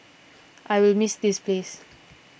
I will miss this place